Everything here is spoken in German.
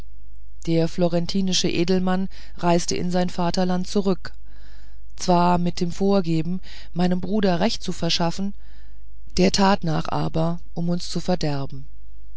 der florentinische edelmann reiste in sein vaterland zurück zwar mit dem vorgeben meinem bruder recht zu verschaffen der tat nach aber um uns zu verderben